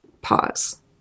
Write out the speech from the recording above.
pause